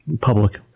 Public